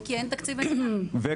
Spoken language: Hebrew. וכי אין תקציב מדינה.